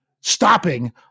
stopping